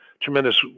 Tremendous